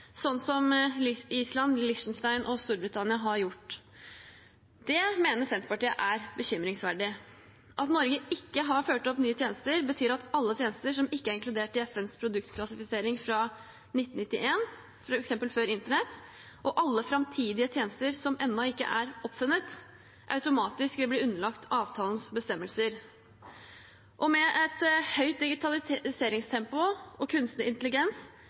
Island, Liechtenstein og Storbritannia har gjort. Det mener Senterpartiet er bekymringsverdig. At Norge ikke har ført opp nye tjenester, betyr at alle tjenester som ikke er inkludert i FNs produktklassifisering fra 1991, f.eks. før internett, og alle framtidige tjenester som ennå ikke er oppfunnet, automatisk vil bli underlagt avtalens bestemmelser. Med et høyt digitaliseringstempo og kunstig intelligens